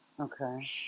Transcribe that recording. Okay